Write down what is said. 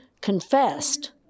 confessed